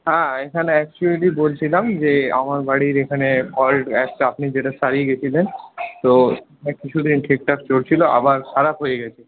হ্যাঁ এখানে একচুয়েলি বলছিলাম যে আমার বাড়ির এখানে কল একটা আপনি যেটা সারিয়ে গেছিলেন তো কিছু দিন ঠিকঠাক চলছিল আবার খারাপ হয়ে গেছে